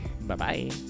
Bye-bye